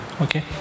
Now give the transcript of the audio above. Okay